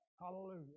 Hallelujah